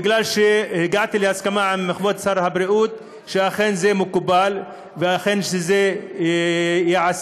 בגלל שהגעתי להסכמה עם כבוד שר הבריאות שזה אכן מקובל ושזה ייעשה,